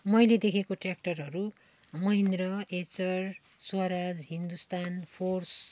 मैले देखेको ट्य्राक्टरहरू महिन्द्र आइसर स्वराज हिन्दूस्तान फोर्स